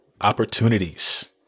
opportunities